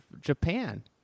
Japan